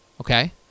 Okay